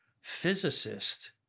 physicist